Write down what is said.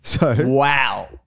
Wow